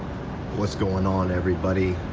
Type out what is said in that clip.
what's going on everybody?